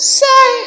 say